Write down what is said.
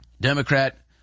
Democrat